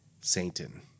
Satan